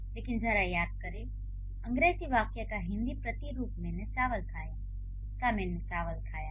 लेकिन जरा याद करें कि अंग्रेजी वाक्य का हिंदी प्रतिरूप मैंने चावल खाया का मैंने चावल खाया है